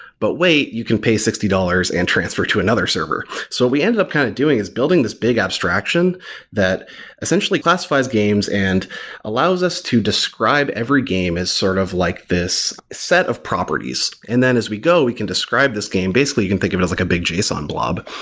but wait, you can pay sixty dollars and transfer to another server. so what we ended up kind of doing is building this big abstraction that essentially classifies games and allows us to describe every game as sort of like this set of properties. and then as we go, we can describe this game basically, you can think of it as like a big json blob.